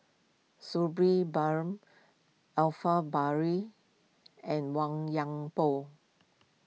Sabri Buang Alfred and Huang